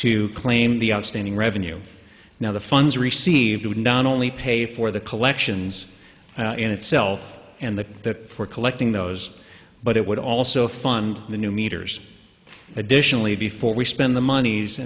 to claim the outstanding revenue now the funds received and on only pay for the collections in itself and that for collecting those but it would also fund the new meters additionally before we spend the money